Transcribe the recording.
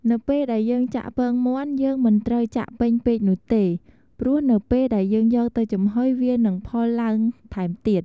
នៅពេលដែលយើងចាក់ពងមាន់យើងមិនត្រូវចាក់ពេញពេកនោះទេ ព្រោះនៅពេលដែលយើងយកទៅចំហុយវានឹងផុលឡើងថែមទៀត។